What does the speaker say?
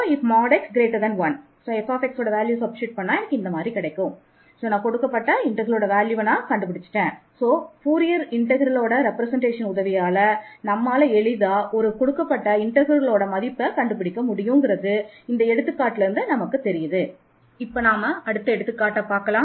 இப்பொழுது மற்றுமொரு எடுத்துக்காட்டை எடுத்துக்கொள்ளலாம்